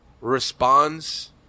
responds